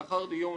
לאחר דיון